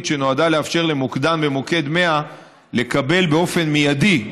שנועדה לאפשר למוקדן במוקד 100 לקבל באופן מיידי,